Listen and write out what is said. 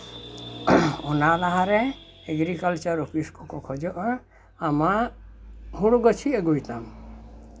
ᱚᱱᱟ ᱞᱟᱦᱟᱨᱮ agriculture office ᱠᱚᱠᱚ ᱠᱷᱚᱡᱚᱜᱼᱟ ᱟᱢᱟᱜ ᱦᱩᱲᱩ ᱜᱟᱹᱪᱷᱤ ᱟᱹᱜᱩᱭ ᱛᱟᱢ